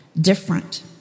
different